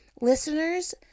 listeners